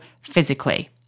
physically